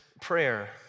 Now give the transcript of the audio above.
prayer